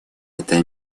это